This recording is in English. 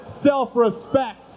self-respect